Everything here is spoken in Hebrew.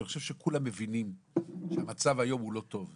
אני חושב שכולם מבינים שהמצב היום הוא לא טוב,